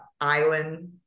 island